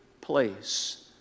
place